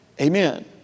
Amen